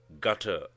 gutter